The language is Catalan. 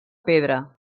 pedra